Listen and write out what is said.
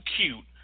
cute